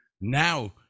now